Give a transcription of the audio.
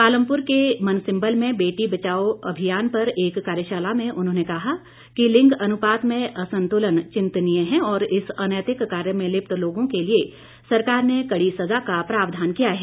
पालमपुर के मनसिम्बल में बेटी बचाओ अभियान पर एक कार्यशाला में उन्होंने कहा कि लिंग अनुपात में असंतुलन चिंतनीय है और इस अनैतिक कार्य में लिप्त लोगों के लिए सरकार ने कड़ी सजा का प्रावधान किया है